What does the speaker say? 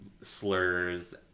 slurs